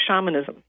Shamanism